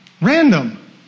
Random